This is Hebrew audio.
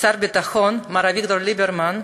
שר הביטחון מר אביגדור ליברמן,